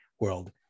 world